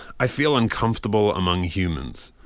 i feel uncomfortable among humans.